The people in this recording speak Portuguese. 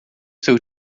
seu